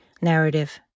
narrative